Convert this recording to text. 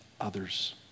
others